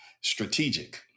strategic